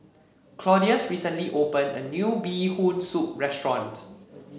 Claudius recently open a new Bee Hoon Soup restaurant